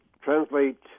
translate